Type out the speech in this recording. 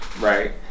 right